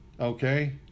okay